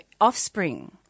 offspring